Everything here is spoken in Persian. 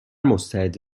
مستعد